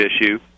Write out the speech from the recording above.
issue